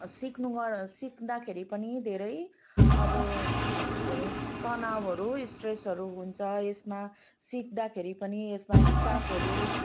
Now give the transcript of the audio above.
सिक्नेबाट सिक्दाखेरि पनि अब के अरे तनाउहरू स्ट्रेसहरू हुन्छ यसमा सिक्दाखेरि पनि यसमा हिसाबहरू